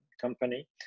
company